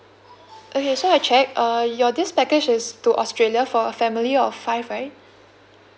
okay so I checked uh your this package is to australia for a family of five right